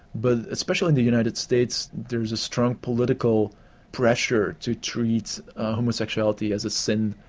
but especially in the united states there is a strong political pressure to treat homosexuality as a sin,